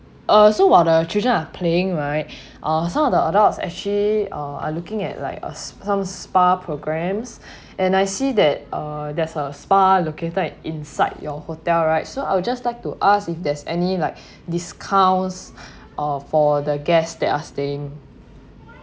uh so while the children are playing right uh some of the adults actually uh are looking at like a s~ some spa programs and I see that uh there's a spa located inside your hotel right so I will just like to ask if there's any like discounts or for the guests that are staying